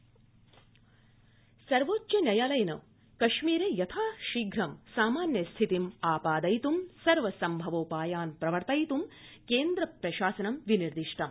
सर्वोच्चन्यायालय कश्मीरम् सर्वोच्च न्यायालयेन कश्मीरे यथाशीघ्रं समान्यस्थितिम् आपादयित् सर्वसम्भवोपायान् प्रवर्तयित् केन्द्र प्रदशासनं विनिर्दिष्टम्